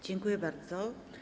Dziękuję bardzo.